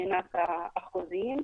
מבחינת האחוזים.